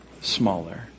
smaller